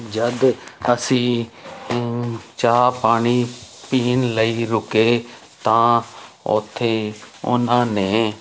ਜਦ ਅਸੀਂ ਚਾਹ ਪਾਣੀ ਪੀਣ ਲਈ ਰੁਕੇ ਤਾਂ ਉੱਥੇ ਉਹਨਾਂ ਨੇ